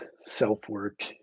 self-work